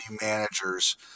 managers